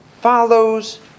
follows